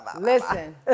Listen